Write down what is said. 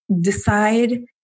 decide